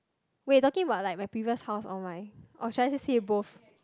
wait talking about like my previous house or my or should I say both